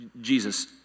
Jesus